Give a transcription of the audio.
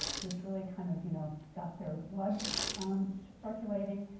which really kind of you know got their blood circulating.